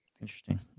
Interesting